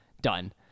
Done